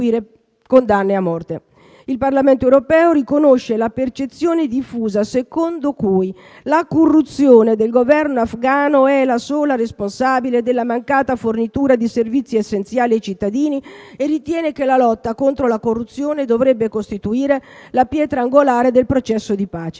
Il Parlamento europeo «riconosce la percezione diffusa secondo cui la corruzione del Governo afgano è la sola responsabile della mancata fornitura di servizi essenziali ai cittadini e ritiene che la lotta contro la corruzione dovrebbe costituire la pietra angolare del processo di pace